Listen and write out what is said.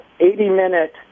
80-minute